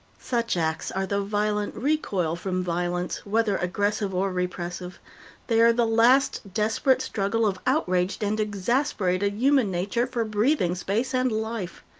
such acts are the violent recoil from violence, whether aggressive or repressive they are the last desperate struggle of outraged and exasperated human nature for breathing space and life.